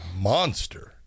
monster